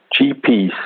GPs